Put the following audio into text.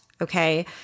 Okay